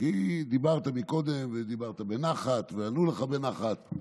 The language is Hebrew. כי דיברת מקודם, ודיברת בנחת וענו לך בנחת.